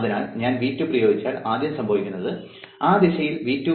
അതിനാൽ ഞാൻ V2 പ്രയോഗിച്ചാൽ ആദ്യം സംഭവിക്കുന്നത് ആ ദിശയിൽ V2 1 കിലോ Ω ആണ്